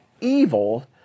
evil